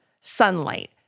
sunlight